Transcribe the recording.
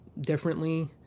differently